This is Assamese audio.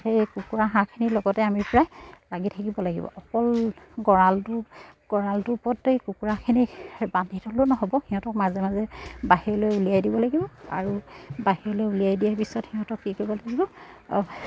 সেই কুকুৰা হাঁহখিনিৰ লগতে আমি প্ৰায় লাগি থাকিব লাগিব অকল গঁৰালটো গঁৰালটোৰ ওপৰতে কুকুৰাখিনি বান্ধি থ'লেও নহ'ব সিহঁতক মাজে মাজে বাহিৰলৈ উলিয়াই দিব লাগিব আৰু বাহিৰলৈ উলিয়াই দিয়াৰ পিছত সিহঁতক কি কৰিব লাগিব